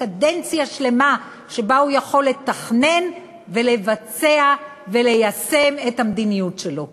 לקדנציה שלמה שבה הוא יכול לתכנן ולבצע וליישם את המדיניות שלו.